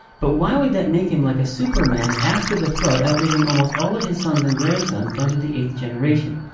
but why would that make him like a superman after the flood, outliving almost all of his sons and grandsons, down to the eighth generation?